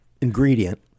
ingredient